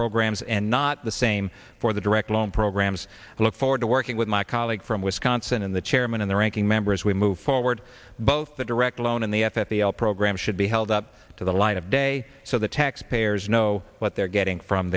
programs and not the same for the direct loan programs i look forward to working with my colleague from wisconsin and the chairman and the ranking member as we move forward both the direct loan and the f at the l program should be held up to the light of day so the to spares know what they're getting from